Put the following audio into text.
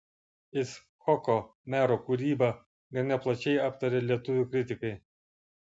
icchoko mero kūrybą gana plačiai aptarė lietuvių kritikai